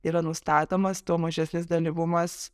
yra nustatomas tuo mažesnis dalyvumas